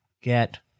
Get